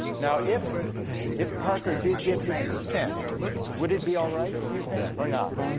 now if if parker did give his consent would it be all right do you think or not?